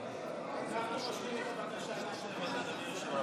אנחנו מושכים את הבקשה לשמית, אדוני היושב-ראש.